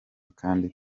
kandi